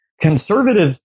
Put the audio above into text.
conservatives